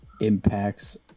impacts